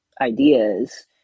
ideas